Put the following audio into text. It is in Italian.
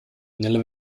nella